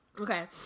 okay